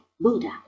Buddha